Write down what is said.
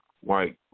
white